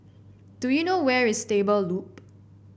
do you know where is Stable Loop